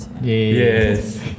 Yes